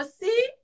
see